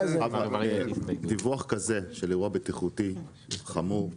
דיווח כזה של אירוע בטיחותי חמור,